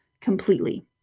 completely